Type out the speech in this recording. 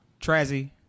Trazzy